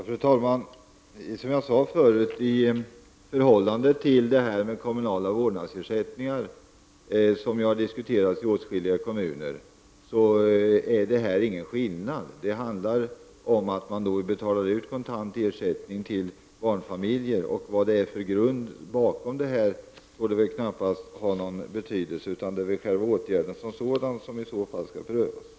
Fru talman! Som jag sade förut så är det ingen skillnad mellan detta förslag och de kommunala vårdnadsersättningar som har diskuterats i åtskilliga kommuner. Det handlar om att man betalar ut kontant ersättning till barnfamiljer. Det torde väl knappast ha någon betydelse vilken grund man har för detta, utan det är själva åtgärden som sådan som skall prövas.